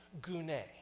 gune